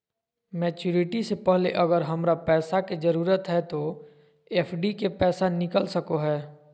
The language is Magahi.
मैच्यूरिटी से पहले अगर हमरा पैसा के जरूरत है तो एफडी के पैसा निकल सको है?